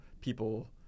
people